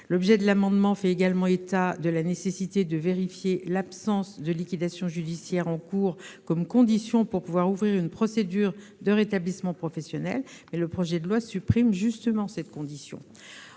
L'objet de l'amendement fait également état de la nécessité de vérifier l'absence de liquidation judiciaire en cours comme condition pour ouvrir une procédure de rétablissement professionnel : le projet de loi supprime justement cette condition.